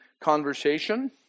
conversation